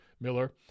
Miller